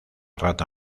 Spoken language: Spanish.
rata